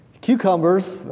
Cucumbers